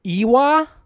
Iwa